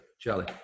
Charlie